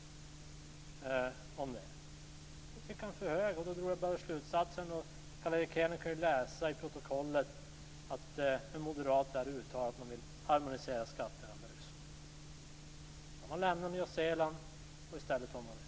Ni tycker, som sagt, att bolagsskatten är för hög. Av detta drog jag slutsatsen - Carl Erik Hedlund kan ju läsa protokollet - att Moderaterna har uttalat att man vill harmonisera skatterna med Ryssland. Man har lämnat Nya Zeeland och väljer i stället Ryssland.